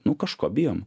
nu kažko bijom